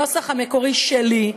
הנוסח המקורי שלי,